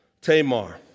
Tamar